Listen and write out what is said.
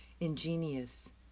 ingenious